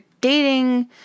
dating